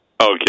Okay